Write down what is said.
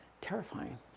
terrifying